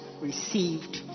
received